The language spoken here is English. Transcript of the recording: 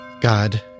God